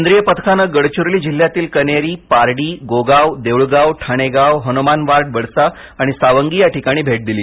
केंद्रीय पथकाने गडचिरोली जिल्ह्यातील कनेरी पारडी गोगाव देऊळगाव ठाणेगाव हनुमान वार्ड वडसा आणि सावंगी या ठिकाणी भेट दिली